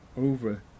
over